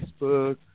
Facebook